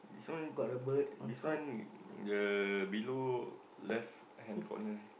this one this one the below left hand corner